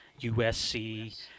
USC